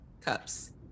cups